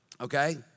okay